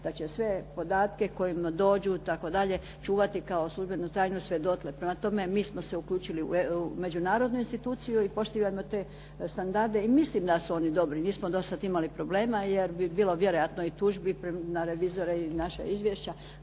da će sve podatke koji im dođu i tako dalje, čuvati kao službenu tajnu sve dotle. Prema tome, mi smo se uključili u međunarodnu instituciju i poštivamo te standarde i mislim da su oni dobri. Nismo do sada imali problema, jer bi bilo vjerojatno i tužbi na revizore i naša izvješća